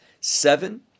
seven